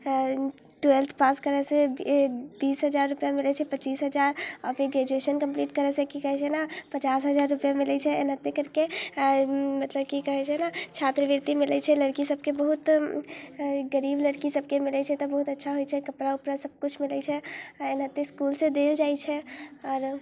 twelfth pass करयसँ बीस हजार रुपैआ मिलैत छै पच्चीस हजार आओर फेर ग्रेजुएशन कम्प्लीट करयसँ की कहैत छै ने पचास हजार रुपैआ मिलैत छै एनाहिते करि कऽ मतलब की कहैत छै ने छात्रवृत्ति मिलैत छै लड़कीसभके बहुत गरीब लड़कीसभके मिलैत छै तऽ बहुत अच्छा होइत छै कपड़ा उपरा सभकिछु मिलैत छै एनाहिते इसकुलसँ देल जाइत छै आओर